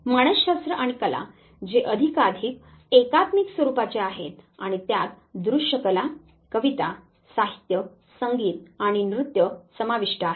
मानसशास्त्र आणि कला जे अधिकाधिक एकात्मिक स्वरूपाचे आहेत आणि त्यात दृश्य कला कविता साहित्य संगीत आणि नृत्य समाविष्ट आहे